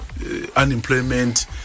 Unemployment